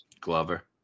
Glover